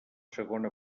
segona